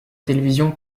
télévision